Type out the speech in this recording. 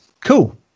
Cool